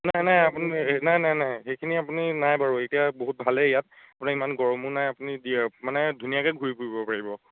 নাই নাই আপুনি নাই নাই নাই সেইখিনি আপুনি নাই বাৰু এতিয়া বহুত ভালেই ইয়াত আপুনি ইমান গৰমো নাই আপুনি মানে ধুনীয়াকৈ ঘূৰি ফুৰিব পাৰিব